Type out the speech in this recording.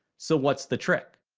so what's the trick?